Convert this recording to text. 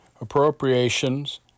appropriations